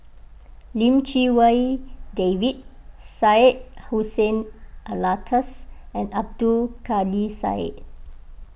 Lim Chee Wai David Syed Hussein Alatas and Abdul Kadir Syed